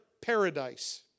paradise